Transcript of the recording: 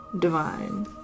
divine